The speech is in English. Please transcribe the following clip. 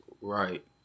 Right